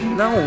no